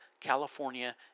California